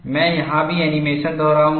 मैं यहाँ भी एनीमेशन दोहराऊंगा